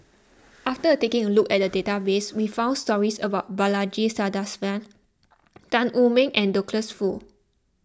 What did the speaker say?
after taking a look at the database we found stories about Balaji Sadasivan Tan Wu Meng and Douglas Foo